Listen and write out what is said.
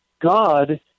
God